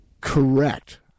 Correct